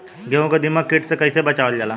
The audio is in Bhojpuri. गेहूँ को दिमक किट से कइसे बचावल जाला?